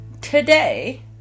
today